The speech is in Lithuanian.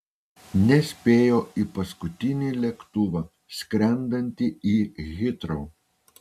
nespėjo į paskutinį lėktuvą skrendantį į hitrou